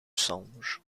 songe